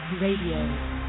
Radio